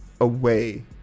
away